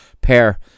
pair